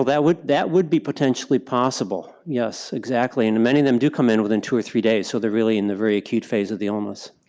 that would that would be potentially possible, yes, exactly, and many of them do come in within two or three days so they're really in the very acute phase of the illness.